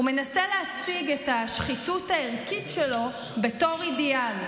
הוא מנסה להציג את השחיתות הערכית שלו בתור אידיאל,